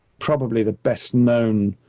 probably the best known,